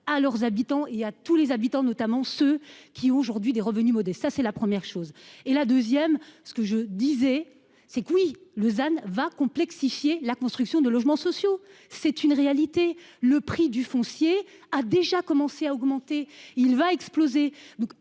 à leurs habitants et à tous les habitants, notamment ceux qui aujourd'hui des revenus modestes. Ça c'est la première chose et la 2ème. Ce que je disais c'est cuit Lausanne va complexifier la construction de logements sociaux, c'est une réalité. Le prix du foncier a déjà commencé à augmenter. Il va exploser.